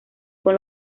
con